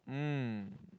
mm